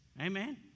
Amen